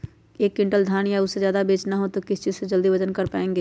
एक क्विंटल धान या उससे ज्यादा बेचना हो तो किस चीज से जल्दी वजन कर पायेंगे?